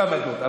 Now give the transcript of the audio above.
יש מעמדות.